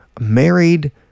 married